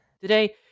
Today